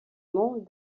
mont